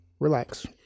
Relax